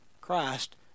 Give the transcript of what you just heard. Christ